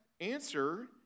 answer